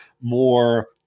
more